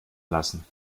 lassen